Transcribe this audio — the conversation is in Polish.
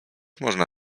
można